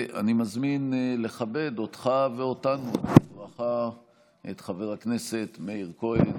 אני מזמין לכבד אותך ואותנו בברכה את חבר הכנסת מאיר כהן,